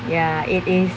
ya it is